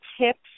tips